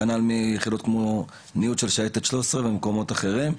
כנ"ל מיחידות כמו ניוד של שייטת 13 במקומות אחרים.